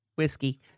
whiskey